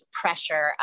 pressure